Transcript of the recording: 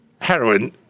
heroin